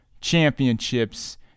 championships